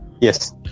Yes